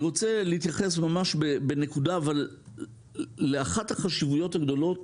אני רוצה להתייחס ממש בנקודה לאחת החשיבויות הגדולות